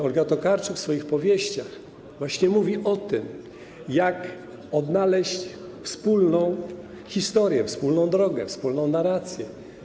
Olga Tokarczuk w swoich powieściach właśnie mówi o tym, jak odnaleźć wspólną historię, wspólną drogę, wspólną narrację.